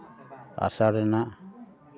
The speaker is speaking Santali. ᱟᱥᱟᱲ ᱨᱮᱱᱟᱜ